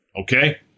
okay